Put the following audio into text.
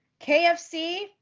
KFC